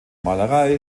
malerei